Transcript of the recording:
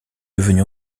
devenu